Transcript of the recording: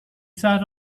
sat